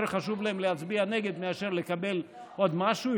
חשוב להם להצביע נגד מאשר לקבל עוד משהו,